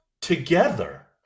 together